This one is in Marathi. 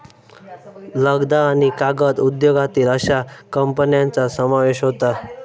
लगदा आणि कागद उद्योगातील अश्या कंपन्यांचा समावेश होता